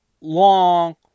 long